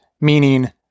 meaning